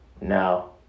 no